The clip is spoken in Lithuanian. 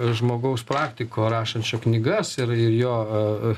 žmogaus praktiko rašančio knygas ir ir jo